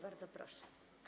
Bardzo proszę.